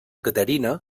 caterina